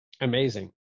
amazing